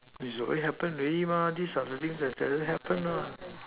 is already happen already mah these are the things that doesn't happen lah